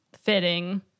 fitting